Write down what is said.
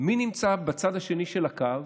מי נמצא בצד השני של הקו?